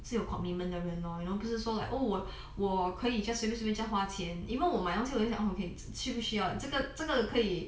是有 commitment 的人 lor you know 不是说 like 哦我可以 just 随便随便这样花钱 and even 我买东西我会想 okay 这个需不需要这个这个可以 err